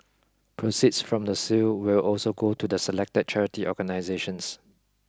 proceeds from the sale will also go to the selected charity organisations